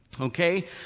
Okay